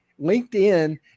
LinkedIn